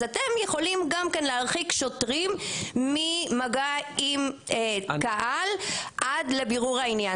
אז אתם יכולים גם כן להרחיק שוטרים ממגע עם קהל עד לבירור העניין.